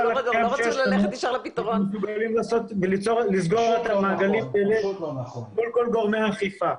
הקיים שיש לנו אנחנו מסוגלים לסגור את המעגלים מול גורמי האכיפה,